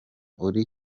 uri